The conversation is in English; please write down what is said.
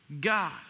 God